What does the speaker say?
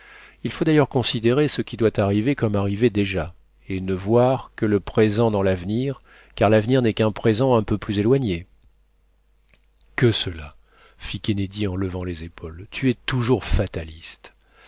il faut d'ailleurs considérer ce qui doit arriver comme arrivé déjà et ne voir que le présent dans l'avenir car l'avenir n'est qu'un présent un peu plus éloigné que cela fit kennedy en levant les épaules tu es toujours fataliste